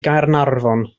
gaernarfon